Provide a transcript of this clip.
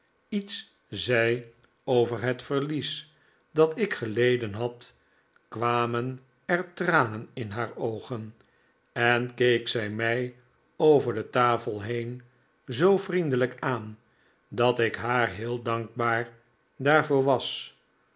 iets zei over het verlies dat ik geleden had kwamen er tranen in haar oogen en keek zij mij over de tafel heen zoo vriendelijk aan dat ik haar heel dankbaar daarvoor was